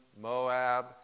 Moab